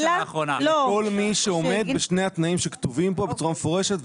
לכל מי שעומד בשני התנאים שכתובים פה בצורה מפורשת,